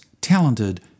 talented